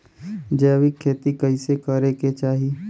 जैविक खेती कइसे करे के चाही?